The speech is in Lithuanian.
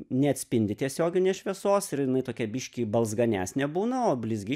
neatspindi tiesioginės šviesos ir jinai tokia biškį balzganesnė būna o blizgi